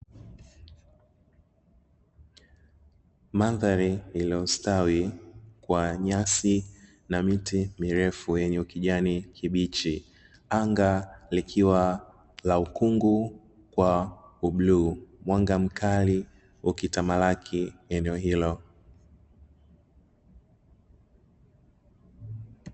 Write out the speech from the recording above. Mandhari iliyostawi kwa nyasi na miti mirefu yenye ukijani kibichi, anga likiwa la ukungu kwa ubluu. Mwanga mkali ukitamalaki eneo hilo.